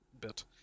bit